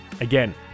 Again